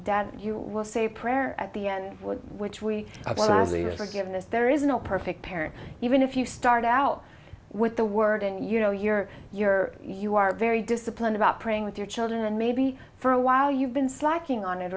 that you will say a prayer at the end which we observe as we are given this there is no perfect parent even if you start out with the word and you know your your you are very disciplined about praying with your children and maybe for a while you've been slacking on it